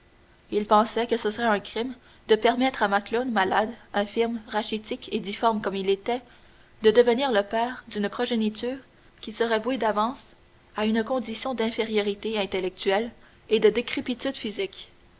ils pensaient que ce serait un crime de permettre à macloune malade infirme rachitique et difforme comme il l'était de devenir le père d'une progéniture qui serait vouée d'avance à une condition d'infériorité intellectuelle et de décrépitude physique